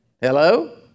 Hello